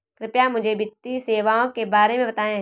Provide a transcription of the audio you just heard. कृपया मुझे वित्तीय सेवाओं के बारे में बताएँ?